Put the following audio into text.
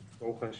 בוקר טוב, ברוך ה'.